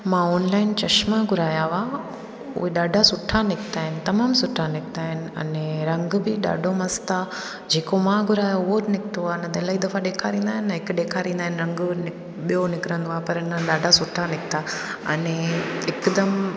मां ऑनलाइन चश्मा घुराया हुआ उहे ॾाढा सुठा निकिता आहिनि तमामु सुठा निकिता आहिनि अने रंग बि ॾाढो मस्तु आहे जेको मां घुरायो उहो निकितो आहे न त इलाही दफ़ा ॾेखारींदा आहिनि हिकु ॾेखारींदा आहिनि रंगु ॿियो निकिरंदो आहे पर न ॾाढा सुठा निकिता अने हिकदमि